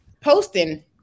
posting